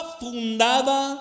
fundada